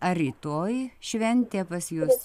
ar rytoj šventė pas jus